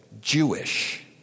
Jewish